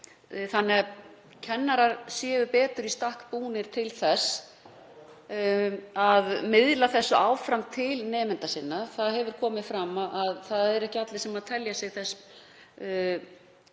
þannig að kennarar séu betur í stakk búnir til þess að miðla því áfram til nemenda sinna. Komið hefur fram að það eru ekki allir sem telja sig í